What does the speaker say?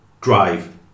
drive